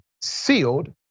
sealed